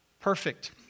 perfect